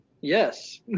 Yes